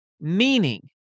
Meaning